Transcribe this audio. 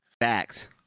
Facts